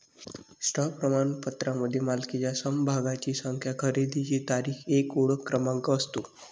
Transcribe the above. stock प्रमाणपत्रामध्ये मालकीच्या समभागांची संख्या, खरेदीची तारीख, एक ओळख क्रमांक असतो